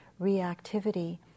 reactivity